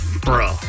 bro